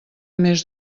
més